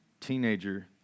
teenager